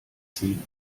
ziehen